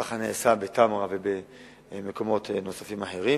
כך נעשה בתמרה ובמקומות אחרים.